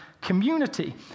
community